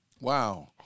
Wow